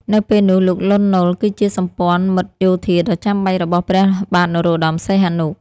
នៅពេលនោះ លោក លន់ ណុល គឺជាសម្ព័ន្ធមិត្តយោធាដ៏ចាំបាច់របស់ព្រះបាទនរោត្តម សីហនុ។